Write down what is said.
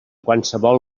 qualsevol